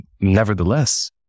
Nevertheless